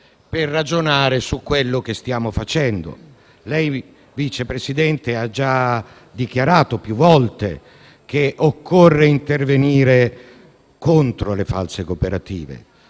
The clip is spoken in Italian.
per ragionare su quello che stiamo facendo. Lei, Vice Presidente, ha già dichiarato più volte che occorre intervenire contro le false cooperative